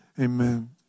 Amen